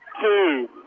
two